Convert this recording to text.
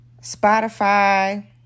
Spotify